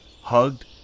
hugged